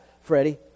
Freddie